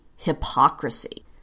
hypocrisy